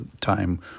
time